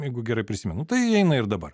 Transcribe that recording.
jeigu gerai prisimenu nu tai įeina ir dabar